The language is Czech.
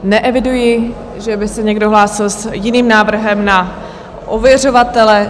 Neeviduji, že by se někdo hlásil s jiným návrhem na ověřovatele.